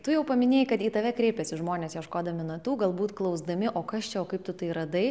tu jau paminėjai kad į tave kreipiasi žmonės ieškodami natų galbūt klausdami o kas čia o kaip tu tai radai